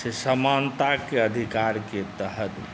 से समानताके अधिकारके तहत